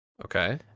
Okay